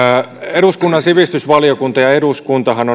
eduskunnan sivistysvaliokunta ja eduskuntahan